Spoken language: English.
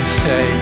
say